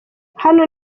hano